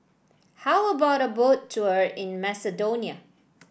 how about a Boat Tour in Macedonia